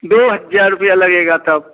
दो हज़ार रुपया लगेगा तब